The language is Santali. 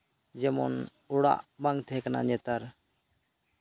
ᱡᱮᱢᱚᱱ ᱚᱲᱟᱜ ᱵᱟᱝ ᱛᱟᱦᱮᱸ ᱠᱟᱱᱟ ᱱᱮᱛᱟᱨ